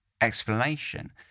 explanation